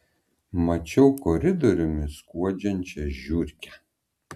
mačiau koridoriumi skuodžiančią žiurkę